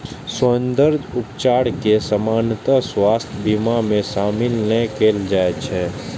सौंद्रर्य उपचार कें सामान्यतः स्वास्थ्य बीमा मे शामिल नै कैल जाइ छै